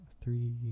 three